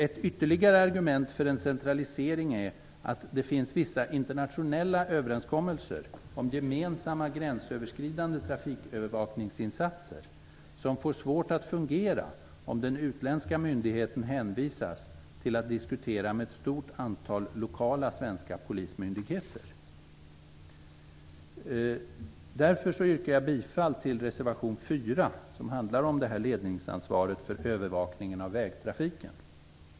Ett ytterligare argument för en centralisering är att det finns vissa internationella överenskommelser om gemensamma gränsöverskridande trafikövervakningsinsatser, som får svårt att fungera om den utländska myndigheten hänvisas till att diskutera med ett stort antal lokala svenska polismyndigheter. Därför yrkar jag bifall till reservation 4, som handlar om ledningsansvaret för övervakning av vägtrafiken.